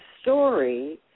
story